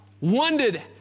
wondered